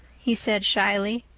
he said shyly.